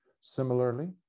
Similarly